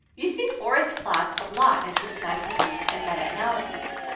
you see forest plots a lot in systematic reviews and meta-analysis.